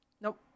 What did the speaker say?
Nope